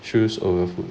shoes over food